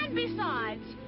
besides,